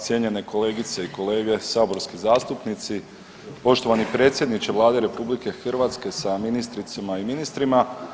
Cijenjene kolegice i kolege saborski zastupnici, poštovani predsjedniče Vlade RH sa ministricama i ministrima.